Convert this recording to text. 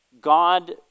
God